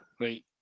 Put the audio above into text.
right